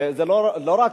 וזה לא רק,